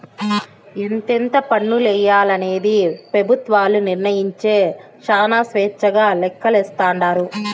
ఎంతెంత పన్నులెయ్యాలనేది పెబుత్వాలు నిర్మయించే శానా స్వేచ్చగా లెక్కలేస్తాండారు